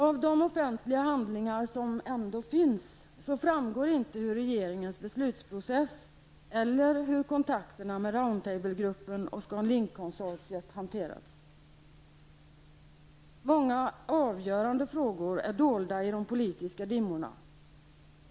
Av de offentliga handlingar som ändå finns framgår inte hur regeringens beslutsprocess eller kontakterna med Round Table-gruppen och Många avgörande frågor är dolda i de politiska dimmorna.